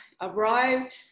Arrived